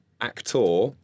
Actor